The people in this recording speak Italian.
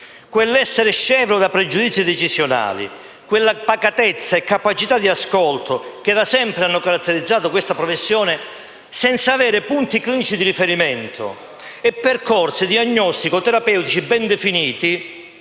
quell'essere scevro da pregiudizi decisionali, quella pacatezza e capacità di ascolto che da sempre hanno caratterizzato questa professione senza avere punti clinici di riferimento e percorsi diagnostico-terapeutici ben definiti